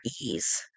ease